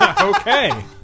Okay